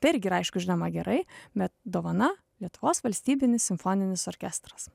tai irgi ir aišku žinoma gerai bet dovana lietuvos valstybinis simfoninis orkestras